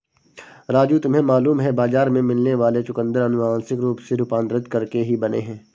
राजू तुम्हें मालूम है बाजार में मिलने वाले चुकंदर अनुवांशिक रूप से रूपांतरित करके ही बने हैं